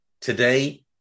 today